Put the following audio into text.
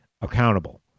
accountable